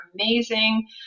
amazing